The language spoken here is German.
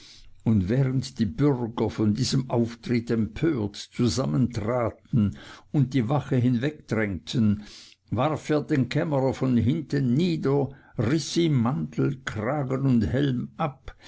und während die bürger von diesem auftritt empört zusammentraten und die wache hinwegdrängten warf er den kämmerer von hinten nieder riß ihm mantel kragen und helm ab